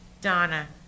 Donna